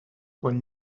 quan